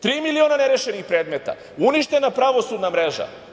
Tri miliona nerešenih predmeta, uništena pravosudna mreža.